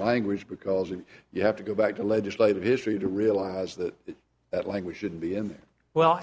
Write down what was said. language because you have to go back to legislative history to realize that that language should be in there well